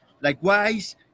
Likewise